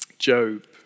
Job